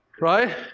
Right